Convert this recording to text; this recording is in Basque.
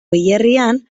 hilerrian